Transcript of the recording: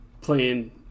playing